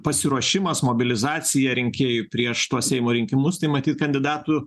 pasiruošimas mobilizacija rinkėjų prieš tuos seimo rinkimus tai matyt kandidatų